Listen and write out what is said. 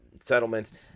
settlements